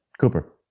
Cooper